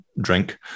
drink